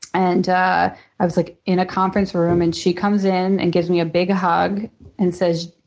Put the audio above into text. and ah i was like in a conference room and she comes in and gives me a big hug and says,